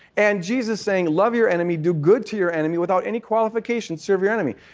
and jesus saying, love your enemy, do good to your enemy, without any qualification serve your enemy.